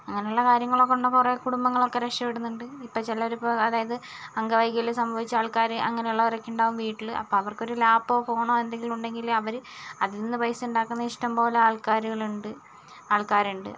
അങ്ങനെയുള്ള കാര്യങ്ങളെക്കൊണ്ട് കുറേ കുടുംബങ്ങളൊക്കെ രക്ഷപ്പെടുന്നുണ്ട് ഇപ്പം ചിലരിപ്പോൾ അതായത് അംഗവൈകല്യം സംഭവിച്ച ആൾക്കാർ അങ്ങനെയുള്ളവരൊക്കെ ഉണ്ടാവും വീട്ടിൽ അപ്പോൾ അവർക്കൊരു ലാപ്പോ ഫോണോ എന്തെങ്കിലും ഉണ്ടെങ്കിൽ അവർ അതിൽ നിന്ന് പൈസ ഉണ്ടാക്കുന്ന ഇഷ്ടം പോലെ ആൾക്കാരൂകളുണ്ട് ആൾക്കാരുണ്ട്